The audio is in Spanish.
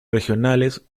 regionales